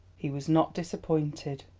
he was not disappointed.